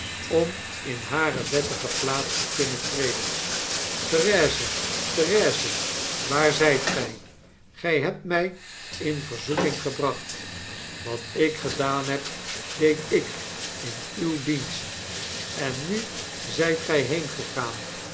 om in hare wettige plaats te kunnen treden therese therese waar zyt gy gij hebt my in verzoeking gebracht wat ik gedaan heb deed ik in uw dienst en nu zijt gij